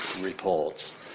reports